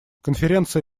конференции